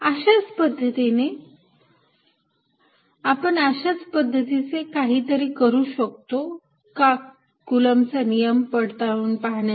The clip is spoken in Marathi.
F Gm1m2r122r12 आपण अशाच पद्धतीचे काहीतरी करू शकतो का कुलम्बचा नियम पडताळून पाहण्यासाठी